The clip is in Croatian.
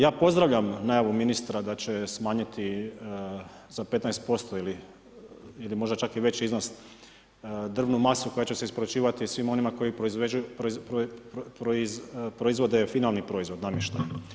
Ja pozdravljam najavu ministra da će smanjiti za 15% ili možda čak i veći iznos drvnu masu koja će se isporučivati svima onima koji proizvode finalni proizvod, namještaj.